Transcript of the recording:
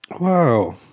Wow